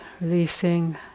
releasing